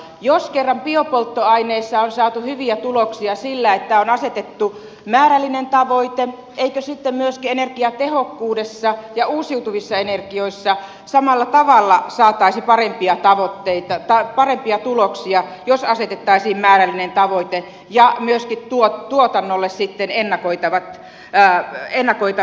jos kerran biopolttoaineissa on saatu hyviä tuloksia sillä että on asetettu määrällinen tavoite eikö sitten myöskin energiatehokkuudessa ja uusiutuvissa energioissa samalla tavalla saataisi parempia tuloksia jos asetettaisiin määrällinen tavoite ja myöskin tuotannolle sitten ennakoitava ja ennakoida